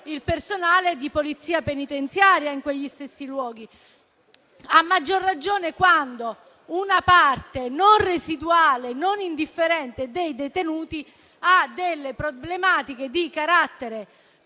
il personale di polizia penitenziaria in quei luoghi, a maggior ragione quando una parte non residuale, non indifferente dei detenuti ha problematiche di carattere